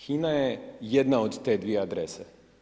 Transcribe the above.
HINA je jedna od te dvije adrese.